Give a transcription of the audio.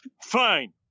Fine